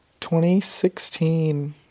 2016